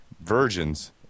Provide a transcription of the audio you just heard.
virgins